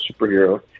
superhero